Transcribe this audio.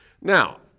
Now